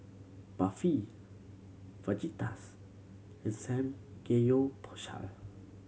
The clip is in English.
Barfi Fajitas and Samgeyopsal